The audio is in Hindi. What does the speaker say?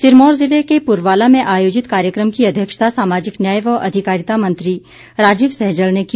सिरमौर जिले के पुरवाला में आयोजित कार्यक्रम की अध्यक्षता सामाजिक न्याय व अधिकारिता मंत्री राजीव सहजल ने की